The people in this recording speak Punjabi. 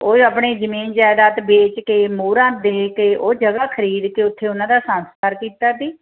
ਉਹਨੇ ਆਪਣੀ ਜ਼ਮੀਨ ਜਾਇਦਾਦ ਵੇਚ ਕੇ ਮੋਹਰਾਂ ਦੇ ਕੇ ਉਹ ਜਗ੍ਹਾ ਖਰੀਦ ਕੇ ਉੱਥੇ ਉਹਨਾਂ ਦਾ ਸੰਸਕਾਰ ਕੀਤਾ ਸੀ